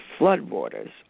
floodwaters